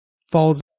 falls